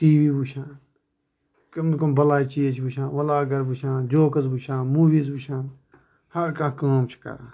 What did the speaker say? T V وُچھان کُم کُم بلاے چِیٖز چھِ وُچھان وٕلاگر وُچھان جوکٕس وُچھان موِیٖز وُچھان ہَر کانٛہہ کٲم چھِ کران